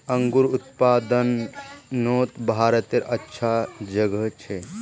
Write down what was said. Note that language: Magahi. अन्गूरेर उत्पादनोत भारतेर अच्छा जोगोह छे